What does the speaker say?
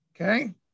Okay